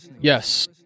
Yes